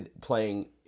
playing